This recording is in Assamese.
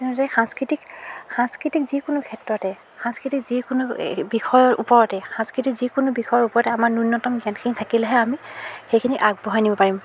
তেনেদৰে সাংস্কৃতিক সাংস্কৃতিক যিকোনো ক্ষেত্ৰতে সাংস্কৃতিক যিকোনো বিষয়ৰ ওপৰতেই সাংস্কৃতিক যিকোনো বিষয়ৰ ওপৰতে আমাৰ নূন্য়তম জ্ঞানখিনি থাকিলেহে আমি সেইখিনিক আগবঢ়াই নিব পাৰিম